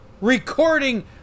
Recording